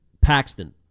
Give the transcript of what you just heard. Paxton